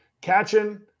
catching